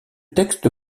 texte